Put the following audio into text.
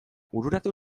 bururatu